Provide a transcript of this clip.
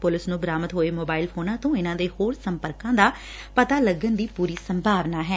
police ਨੂੰ ਬਰਾਮਦ ਹੋਏ ਸੋਬਾਇਲ ਫੋਨਾਂ ਤੋਂ ਇਨ੍ਹਾਂ ਦੇ ਹੋਰ ਸੰਪਰਕਾਂ ਦਾ ਪਤਾ ਲੱਗਣ ਦੀ ਪੂਰੀ ਸੰਭਾਵਨਾ ਐ